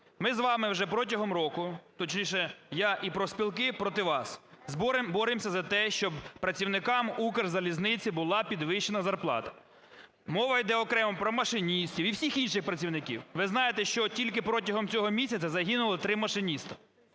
Ми з вами вже протягом року, точніше, я і профспілки проти вас боремося за те, щоб працівникам "Укрзалізниці" була підвищена зарплата. Мова іде окремо про машиністів і всіх інших працівників. Ви знаєте, що тільки протягом цього місяця загинуло 3 машиністи.